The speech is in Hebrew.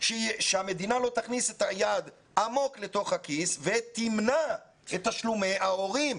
שהמדינה לא תכניס את היד עמוק לתוך הכיס ותמנע את תשלומי ההורים,